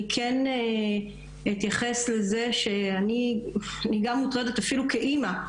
אני כן אתייחס לזה שאני גם מוטרדת, אפילו כאמא,